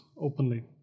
openly